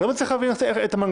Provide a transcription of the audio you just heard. אני לא מצליח להבין את המנגנון.